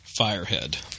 Firehead